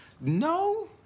No